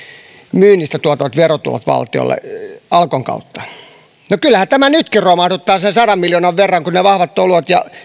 myynnistä tulevat verotulot valtiolle alkon kautta kyllähän tämä nytkin romahduttaa sen sadan miljoonan verran kun vahvat oluet ja